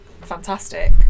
fantastic